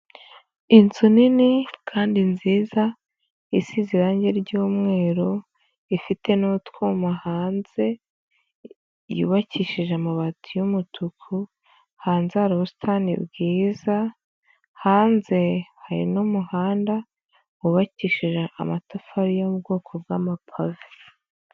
Inzu nini, kandi nziza, isize irange ry'umweru, ifite n'utwuma hanze, yubakishije amabati y'umutuku, hanze hari ubusitani bwiza, hanze hari n'umuhanda wubakishije amatafari yo mu bwoko bw'amapave.